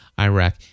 Iraq